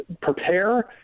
prepare